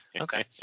okay